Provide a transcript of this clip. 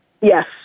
Yes